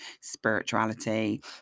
spirituality